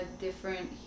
different